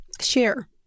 share